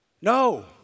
No